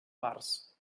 març